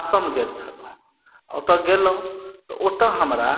असम गेल छलहुॅं ओतऽ गेलहुॅं तऽ ओतऽ हमरा